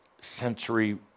sensory